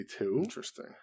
Interesting